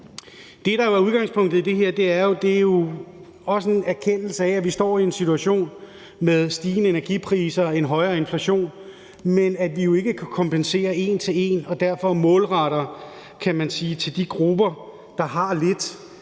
Det, der jo er udgangspunktet i det her, er en erkendelse af, at vi står i en situation med stigende energipriser og en højere inflation, men at vi ikke kan kompensere en til en og derfor målretter, kan man sige, til de grupper, der har lidt,